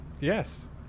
Yes